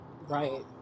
Right